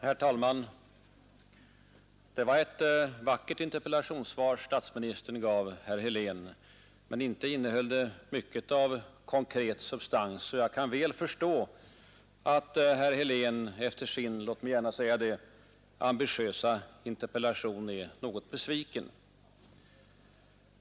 Herr talman! Det var ett vackert interpellationssvar statsministern gav herr Helén. Men inte innehöll det mycket av konkret substans. Och jag kan väl förstå att herr Helén efter sin — låt mig gärna säga det — ambitiösa interpellation är något besviken.